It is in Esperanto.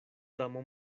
damo